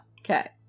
Okay